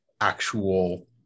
actual